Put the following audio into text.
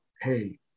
Hey